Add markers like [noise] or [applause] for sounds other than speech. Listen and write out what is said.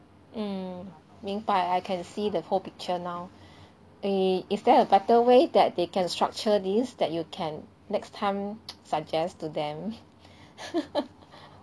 mm 明白 I can see the whole picture now eh is there a better way that they can structure this that you can next time [noise] suggest to them [laughs]